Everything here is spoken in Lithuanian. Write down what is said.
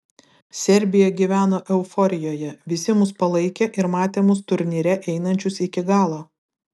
serbija gyveno euforijoje visi mus palaikė ir matė mus turnyre einančius iki galo